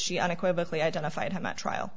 she unequivocally identified him at trial